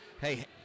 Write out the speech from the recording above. Hey